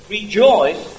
Rejoice